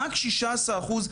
רק 16 אחוז,